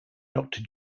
doctor